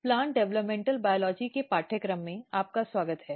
plant developmental बायोलॉजीके पाठ्यक्रम में आपका स्वागत है